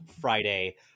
Friday